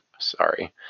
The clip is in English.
Sorry